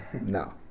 no